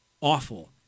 awful